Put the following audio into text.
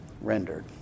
rendered